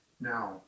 Now